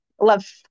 love